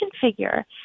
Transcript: figure